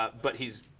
ah but he's